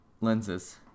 lenses